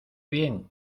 bien